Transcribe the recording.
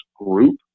group